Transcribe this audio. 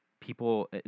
people